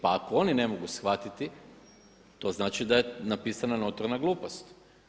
Pa ako oni ne mogu shvatiti, to znači da je napisana notorna glupost.